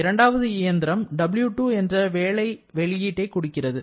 இரண்டாவது இயந்திரம் W2 என்ற அளவு வேலை வெளியீட்டை கொடுக்கிறது